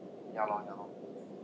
ya lor ya lor